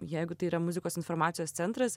jeigu tai yra muzikos informacijos centras